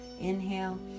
inhale